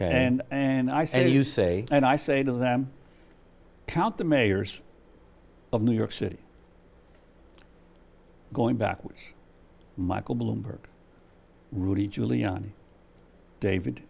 and and i say you say and i say to them count the mayors of new york city going back with michael bloomberg rudy giuliani david